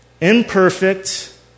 Imperfect